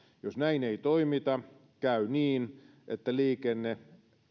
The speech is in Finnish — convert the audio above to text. jos näin ei toimita käy niin että liikenne